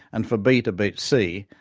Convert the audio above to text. and for b to beat c,